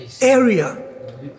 Area